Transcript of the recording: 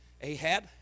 Ahab